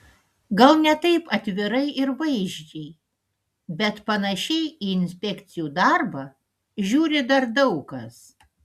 gal ne taip atvirai ir vaizdžiai bet panašiai į inspekcijų darbą žiūri dar daug kas